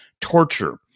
torture